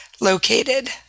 located